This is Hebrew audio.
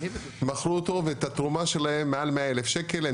מכרו אותו ואת התרומה שלהם מעל 100,000 שקלים הם